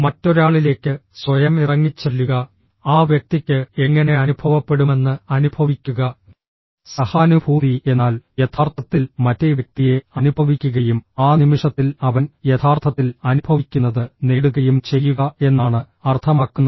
മറ്റൊരാളിലേക്ക് സ്വയം ഇറങ്ങിച്ചെല്ലുക ആ വ്യക്തിക്ക് എങ്ങനെ അനുഭവപ്പെടുമെന്ന് അനുഭവിക്കുക സഹാനുഭൂതി എന്നാൽ യഥാർത്ഥത്തിൽ മറ്റേ വ്യക്തിയെ അനുഭവിക്കുകയും ആ നിമിഷത്തിൽ അവൻ യഥാർത്ഥത്തിൽ അനുഭവിക്കുന്നത് നേടുകയും ചെയ്യുക എന്നാണ് അർത്ഥമാക്കുന്നത്